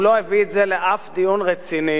הוא לא הביא את זה לשום דיון רציני,